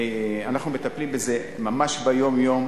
אנחנו מטפלים בזה ממש ביום-יום.